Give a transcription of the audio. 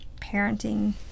parenting